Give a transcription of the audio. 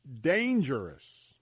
dangerous